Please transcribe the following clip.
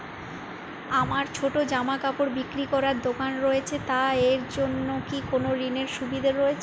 আমার ছোটো জামাকাপড় বিক্রি করার দোকান রয়েছে তা এর জন্য কি কোনো ঋণের সুবিধে রয়েছে?